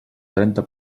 trenta